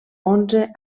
onze